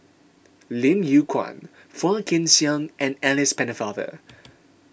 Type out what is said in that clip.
Lim Yew Kuan Phua Kin Siang and Alice Pennefather